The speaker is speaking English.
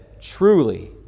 truly